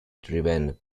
driven